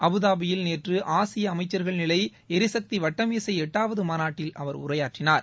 அபுதாபியில் நேற்று ஆசியா அமைச்சர்கள் நிலை எரிசக்தி வட்டமேஜை எட்டாவது மாநாட்டில் அவர் உரையாற்றினார்